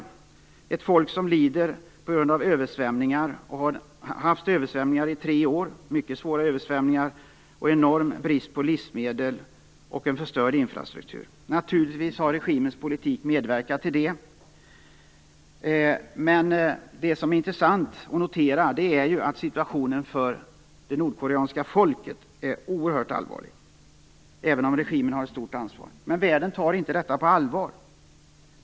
Det nordkoreanska folket lider på grund av översvämningar. Man har haft översvämningar i tre år, mycket svåra översvämningar. Det råder en enorm brist på livsmedel, och infrastrukturen är förstörd. Naturligtvis har regimens politik medverkat till detta, men det som är intressant att notera är ju att situationen för det nordkoreanska folket är oerhört allvarlig, även om regimen alltså har ett stort ansvar. Världen tar dock inte detta på allvar.